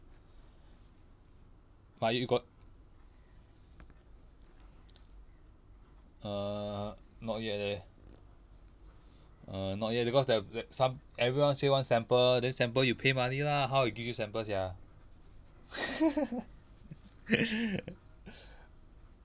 but you got err not yet leh err not yet because there there some everyone say want sample then sample you pay money lah how I give you sample sia